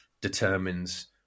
determines